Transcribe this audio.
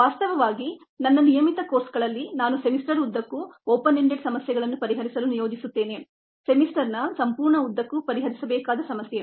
ವಾಸ್ತವವಾಗಿ ನನ್ನ ನಿಯಮಿತ ಕೋರ್ಸ್ಗಳಲ್ಲಿ ನಾನು ಸೆಮಿಸ್ಟರ್ ಉದ್ದಕ್ಕೂ ಓಪನ್ ಎಂಡೆಡ್ ಸಮಸ್ಯೆಗಳನ್ನು ಪರಿಹರಿಸಲು ನಿಯೋಜಿಸುತ್ತೇನೆ ಸೆಮಿಸ್ಟರ್ನ ಸಂಪೂರ್ಣ ಉದ್ದಕ್ಕೂ ಪರಿಹರಿಸಬೇಕಾದ ಸಮಸ್ಯೆ